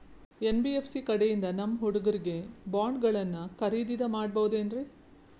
NBFC ಕಡೆಯಿಂದ ನಮ್ಮ ಹುಡುಗರಿಗೆ ಬಾಂಡ್ ಗಳನ್ನು ಖರೀದಿದ ಮಾಡಬಹುದೇನ್ರಿ?